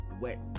wet